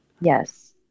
Yes